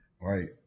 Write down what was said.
Right